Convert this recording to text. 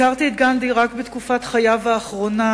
הכרתי את גנדי רק בתקופת חייו האחרונה,